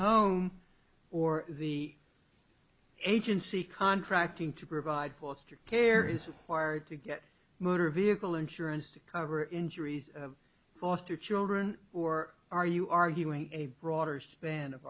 home or the agency contracting to provide for extra care is required to get motor vehicle insurance to cover injuries foster children or are you arguing a broader span of